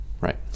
Right